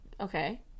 Okay